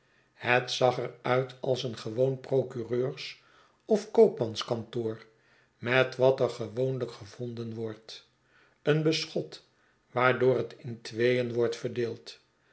het zag er uit als een gewoon procureurs of koopmanskantoor met wat er gewoonlijk gevonden wordt een beschot waardoor het in tweeen wordt verdeeld